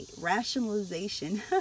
rationalization